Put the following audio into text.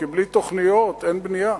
כי בלי תוכניות אין בנייה.